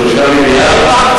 זאת לא המצאה,